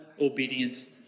obedience